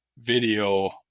video